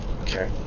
Okay